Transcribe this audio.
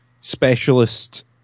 specialist